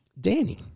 Danny